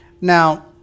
Now